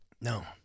No